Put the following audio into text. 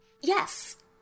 Yes